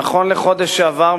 נכון לחודש שעבר,